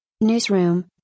Newsroom